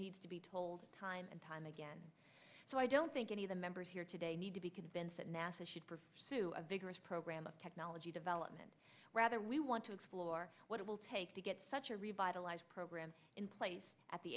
needs to be told time and time again so i don't think any of the members here today need to be convinced that nasa should pursue a vigorous program of technology development rather we want to explore what it will take to get such a revitalized program in place at the